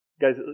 Guys